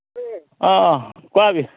অঁ অঁ কোৱা